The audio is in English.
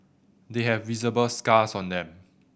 they have visible scars on them